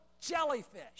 jellyfish